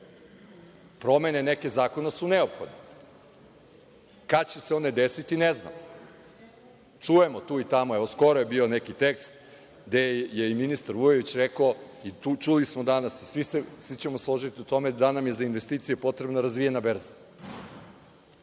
promene zakona su neophodne. Kada će se one desiti, ne znamo. Čujemo tu i tamo, evo skoro je bio neki tekst gde je i ministar Vujović rekao i čuli smo danas, svi ćemo se složiti u tome da nam je za investicije potrebna razvijena berza,